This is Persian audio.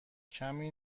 کمی